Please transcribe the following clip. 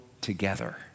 together